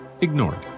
ignored